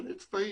משנה צבעים?